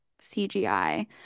CGI